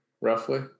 roughly